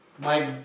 my